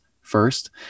first